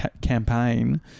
campaign